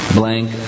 blank